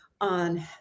on